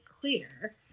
clear